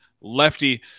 lefty